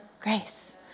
grace